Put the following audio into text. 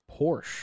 Porsche